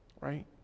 Right